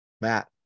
Matt